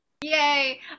yay